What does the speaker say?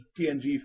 TNG